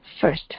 first